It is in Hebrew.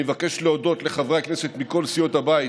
אני מבקש להודות לחברי הכנסת מכל סיעות הבית,